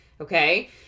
Okay